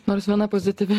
nors viena pozityvi